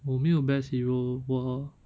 我没有 best hero 我